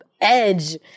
edge